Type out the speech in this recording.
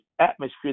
atmosphere